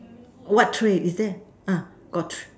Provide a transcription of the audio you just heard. what tray is there got